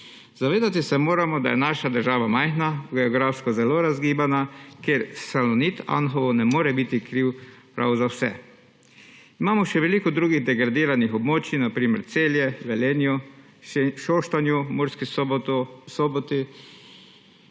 Zavedati se moramo, da je naša država majhna, geografsko zelo razgibana, kjer Salonit Anhovo ne more biti kriv prav za vse. Imamo še veliko drugih degradiranih območij, na primer v Celju, v Velenju, Šoštanju, Murski Soboti,